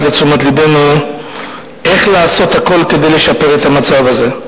לתשומת לבנו איך לעשות הכול כדי לשפר את המצב הזה.